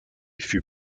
fut